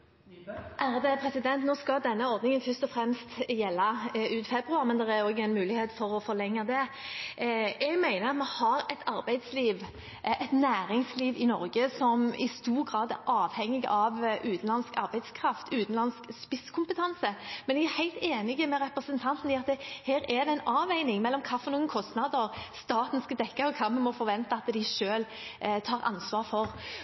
Nå skal denne ordningen først og fremst gjelde ut februar, men det er også mulighet for å forlenge den. Jeg mener at vi har et arbeidsliv, et næringsliv i Norge som i stor grad er avhengig av utenlandsk arbeidskraft, utenlandsk spisskompetanse, men jeg er helt enig med representanten i at her er det en avveining mellom hvilke kostnader staten skal dekke, og hva vi må forvente at de selv tar ansvar for.